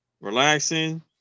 relaxing